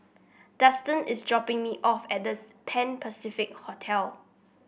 Dustan is dropping me off at The Pan Pacific Hotel